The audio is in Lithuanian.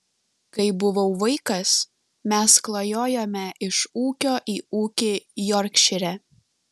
kai buvau vaikas mes klajojome iš ūkio į ūkį jorkšyre